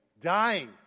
dying